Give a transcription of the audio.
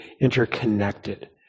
interconnected